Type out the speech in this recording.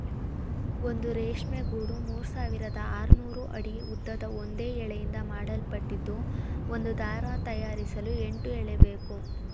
ಒಂದು ರೇಷ್ಮೆ ಗೂಡು ಮೂರ್ಸಾವಿರದ ಆರ್ನೂರು ಅಡಿ ಉದ್ದದ ಒಂದೇ ಎಳೆಯಿಂದ ಮಾಡಲ್ಪಟ್ಟಿದ್ದು ಒಂದು ದಾರ ತಯಾರಿಸಲು ಎಂಟು ಎಳೆಬೇಕು